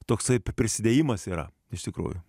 toksai prisidėjimas yra iš tikrųjų